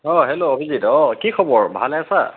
অঁ হেল্ল' অভিজিত অঁ কি খবৰ ভালে আছা